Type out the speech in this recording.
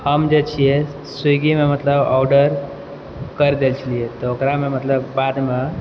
हम जे छियै स्विगीमे मतलब ऑर्डर कर दै छलियै तऽ ओकरामे मतलब बादमे